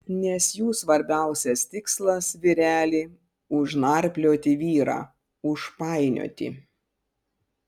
nes jų svarbiausias tikslas vyreli užnarplioti vyrą užpainioti